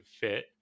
fit